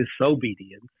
disobedience